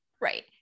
Right